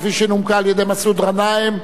כפי שנומקה על-ידי מסעוד גנאים,